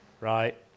right